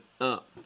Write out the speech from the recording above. up